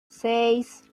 seis